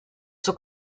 suo